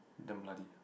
damn bloody